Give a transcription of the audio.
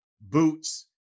Boots